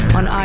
on